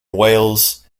wales